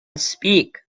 speak